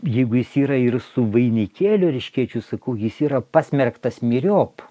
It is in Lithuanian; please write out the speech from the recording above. jeigu jis yra ir su vainikėliu erškėčių sakau jis yra pasmerktas myriop